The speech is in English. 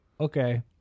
okay